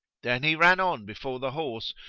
then he ran on before the horse,